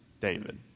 David